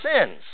sins